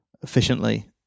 efficiently